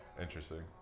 Interesting